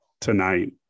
tonight